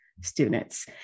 students